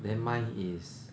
then mine is